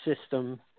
system